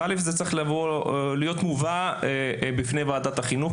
זה צריך להיות מובא בפני ועדת החינוך,